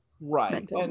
Right